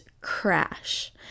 crash